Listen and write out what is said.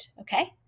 okay